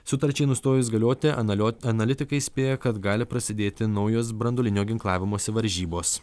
sutarčiai nustojus galioti analio analitikai spėja kad gali prasidėti naujos branduolinio ginklavimosi varžybos